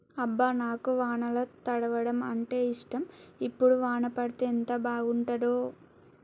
అబ్బ నాకు వానల తడవడం అంటేఇష్టం ఇప్పుడు వాన పడితే ఎంత బాగుంటాడో